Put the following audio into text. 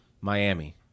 Miami